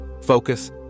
focus